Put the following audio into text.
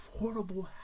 affordable